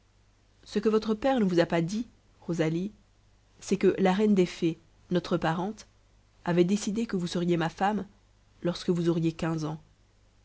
ce que votre père ne vous a pas dit rosalie c'est que la reine des fées notre parente avait décidé que vous seriez ma femme lorsque vous auriez quinze ans